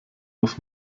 muss